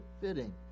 fitting